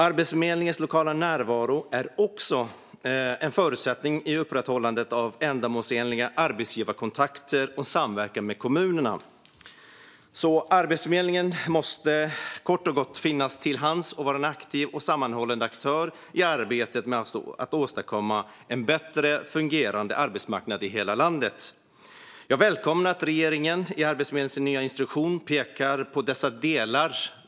Arbetsförmedlingens lokala närvaro är också en förutsättning i upprätthållandet av ändamålsenliga arbetsgivarkontakter och samverkan med kommunerna. Arbetsförmedlingen måste kort och gott finnas till hands och vara en aktiv och sammanhållande aktör i arbetet med att åstadkomma en bättre fungerande arbetsmarknad i hela landet. Jag välkomnar att regeringen i Arbetsförmedlingens nya instruktion pekar på dessa delar.